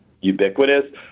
ubiquitous